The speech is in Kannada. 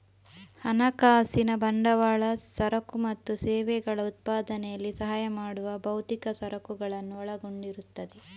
ಹಣಕಾಸಿನ ಬಂಡವಾಳ ಸರಕು ಮತ್ತು ಸೇವೆಗಳ ಉತ್ಪಾದನೆಯಲ್ಲಿ ಸಹಾಯ ಮಾಡುವ ಭೌತಿಕ ಸರಕುಗಳನ್ನು ಒಳಗೊಂಡಿರುತ್ತದೆ